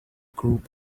group